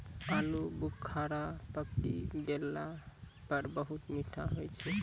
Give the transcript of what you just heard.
आलू बुखारा पकी गेला पर बहुत मीठा होय छै